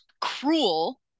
cruel